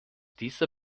dieser